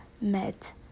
met